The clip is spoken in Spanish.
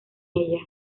ella